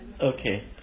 okay